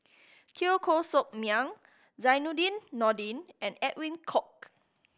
Teo Koh Sock Miang Zainudin Nordin and Edwin Koek